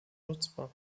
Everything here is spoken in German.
nutzbar